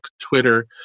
twitter